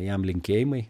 jam linkėjimai